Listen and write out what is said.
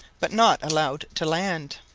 but not allowed to land.